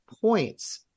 points